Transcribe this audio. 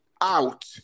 out